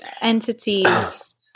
entities